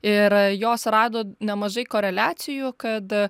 ir jos rado nemažai koreliacijų kad